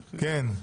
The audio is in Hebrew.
כן,